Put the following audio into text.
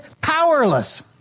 powerless